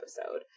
episode